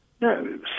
No